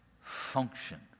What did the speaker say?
function